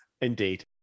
indeed